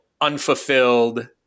unfulfilled